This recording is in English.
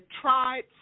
tried